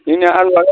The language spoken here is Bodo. जोंनिया आलादा